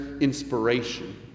inspiration